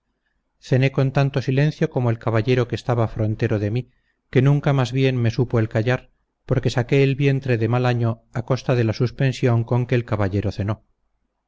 cené con tanto silencio como el caballero que estaba frontero de mí que nunca más bien me supo el callar porque saqué el vientre de mal año a costa de la suspensión con que el caballero cenó